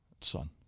son